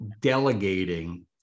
delegating